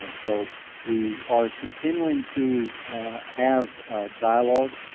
um so we are continuing to have a dialogue,